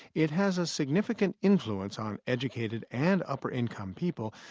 it has a significant influence on educated and upper-income people,